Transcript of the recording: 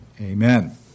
Amen